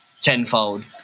tenfold